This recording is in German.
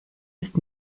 ist